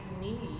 need